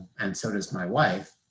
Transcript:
and so does my wife,